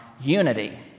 unity